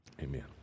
Amen